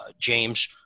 James